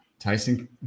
Tyson